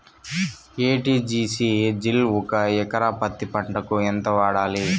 ఎ.టి.జి.సి జిల్ ఒక ఎకరా పత్తి పంటకు ఎంత వాడాలి?